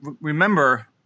Remember